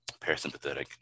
parasympathetic